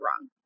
wrong